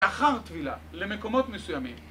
אחר טבילה למקומות מסוימים